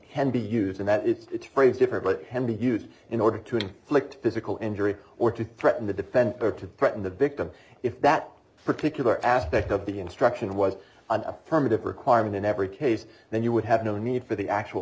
can be used and that it's phrase different but can be used in order to inflict physical injury or to threaten to defend or to threaten the victim if that particular aspect of the instruction was an affirmative requirement in every case then you would have no need for the actual